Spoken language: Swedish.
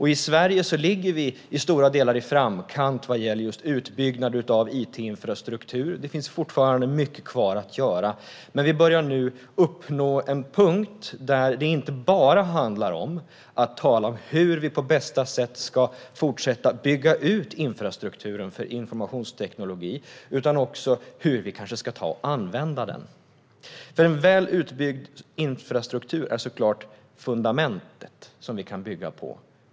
I Sverige ligger vi i stora delar i framkant vad gäller just utbyggnad av it-infrastruktur. Det finns fortfarande mycket kvar att göra. Men vi börjar nu uppnå en punkt där det inte bara handlar om att tala om hur vi på bästa sätt ska fortsätta att bygga ut infrastrukturen för informationsteknologi utan också hur vi kanske ska använda den. En väl utbyggd infrastruktur är såklart fundamentet som vi kan bygga på.